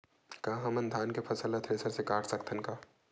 का हमन धान के फसल ला थ्रेसर से काट सकथन का?